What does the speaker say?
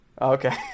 Okay